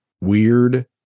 weird